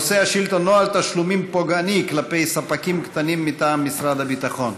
נושא השאילתה: נוהל תשלומים פוגעני כלפי ספקים קטנים מטעם משרד הביטחון.